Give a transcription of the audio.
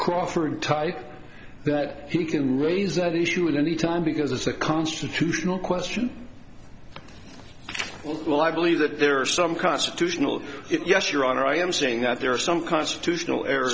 crawford type that he can raise that issue at any time because it's a constitutional question will i believe that there are some constitutional it yes your honor i am saying that there are some constitutional